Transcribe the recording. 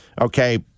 Okay